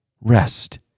Rest